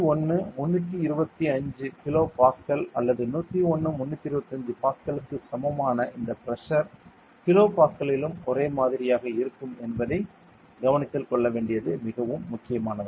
101 325 kilo pascal அல்லது 101 325 பாஸ்கலுக்குச் சமமான இந்த பிரஷர் கிலோ பாஸ்கலிலும் ஒரே மாதிரியாக இருக்கும் என்பதைக் கவனத்தில் கொள்ள வேண்டியது மிகவும் முக்கியமானது